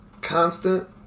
constant